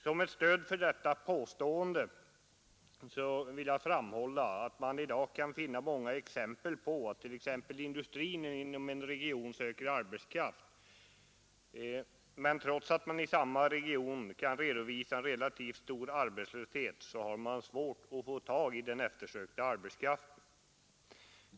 Som stöd för detta påstående vill jag framhålla att vi kan finna många exempel på att t.ex. industrin inom en region söker arbetskraft, men trots att man i samma region kan redovisa en relativt stor arbetslöshet är det svårt att få tag i den eftersökta arbetskraften.